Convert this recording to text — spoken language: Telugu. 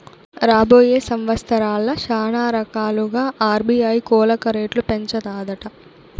రాబోయే సంవత్సరాల్ల శానారకాలుగా ఆర్బీఐ కోలక రేట్లు పెంచతాదట